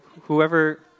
Whoever